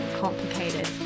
complicated